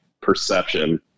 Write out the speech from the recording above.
perception